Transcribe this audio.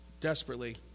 desperately